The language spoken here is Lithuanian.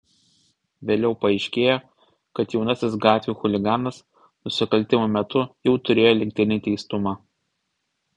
vėliau paaiškėjo kad jaunasis gatvių chuliganas nusikaltimo metu jau turėjo lygtinį teistumą